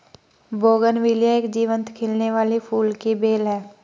bougainvillea एक जीवंत खिलने वाली फूल की बेल है